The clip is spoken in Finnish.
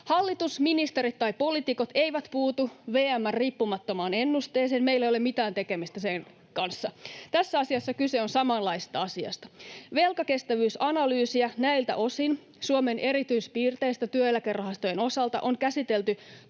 Hallitus, ministerit tai poliitikot eivät puutu VM:n riippumattomaan ennusteeseen. Meillä ole mitään tekemistä sen kanssa. Tässä asiassa kyse on samanlaisesta asiasta. Velkakestävyysanalyysiä näiltä osin, Suomen erityispiirteistä työeläkerahastojen osalta, on käsitelty